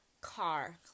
car